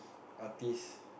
artist